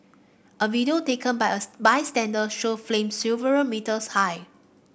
a video taken by a bystander show flames several metres high